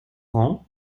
rang